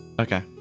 Okay